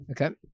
Okay